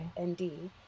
ND